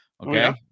Okay